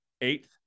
eighth